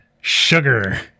sugar